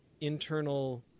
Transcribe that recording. internal